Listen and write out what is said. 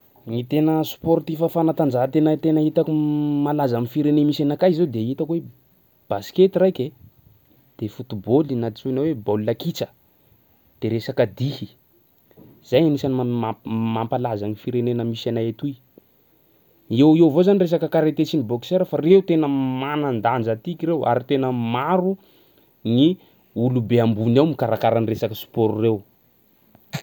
Gny tena sportif fanatanjahantena tena hitako malaza am'firene misy anakahy zao de hitako hoe baskety raiky de foot-bôly na antsoina hoe baolina kitra de resaka dihy, zay anisany ma- ma- mampalaza gny firenena misy anay etoy. Eo ho eo avao zany resaka karate sy ny boxeur fa reo tena manan-danja tiky reo ary tena maro ny olobe ambony ao mikarakaraka ny resaky sport reo.